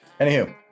anywho